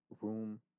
room